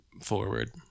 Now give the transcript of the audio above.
forward